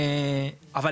אבל